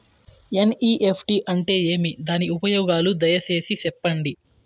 NEFT అంటే ఏమి? దాని ఉపయోగాలు దయసేసి సెప్పండి?